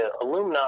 alumina